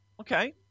Okay